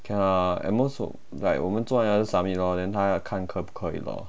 K lah at most like 我们做 liao then submit lor then 他看可不可以 lor